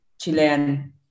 Chilean